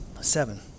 seven